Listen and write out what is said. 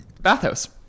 bathhouse